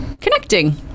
connecting